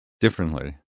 differently